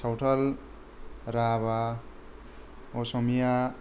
Santhal Rabha Asamiya